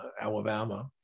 Alabama